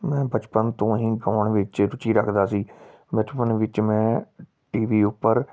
ਮੈਂ ਬਚਪਨ ਤੋਂ ਹੀ ਫੋਨ ਵਿੱਚ ਰੁਚੀ ਰੱਖਦਾ ਸੀ ਬਚਪਨ ਵਿੱਚ ਮੈਂ ਟੀਵੀ ਉੱਪਰ